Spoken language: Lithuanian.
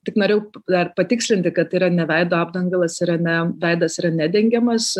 tik norėjau dar patikslinti kad yra ne veido apdangalas yra ne veidas yra nedengiamas